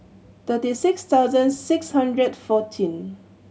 thirty six thousand six hundred fourteen